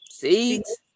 seeds